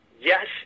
yes